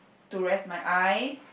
to rest my eyes